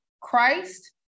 Christ